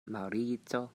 maŭrico